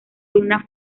una